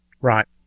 Right